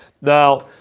now